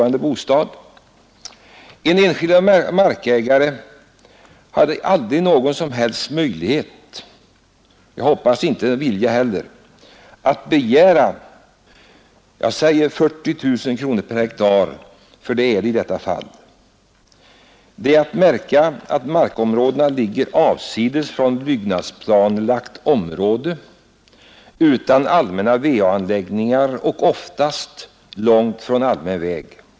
En enskild markägare hade aldrig någon som helst möjlighet — jag hoppas inte heller vilja — att begära 40 000 kronor per hektar. Det är att märka att markområdena ligger avsides utanför byggnadsplanelagt område utan allmänna VA-anläggningar och oftast långt från allmän väg.